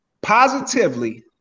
positively